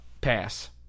Pass